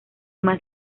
más